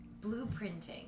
blueprinting